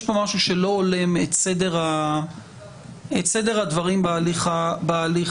יש פה משהו שלא הולם את סדר הדברים בהליך הפלילי,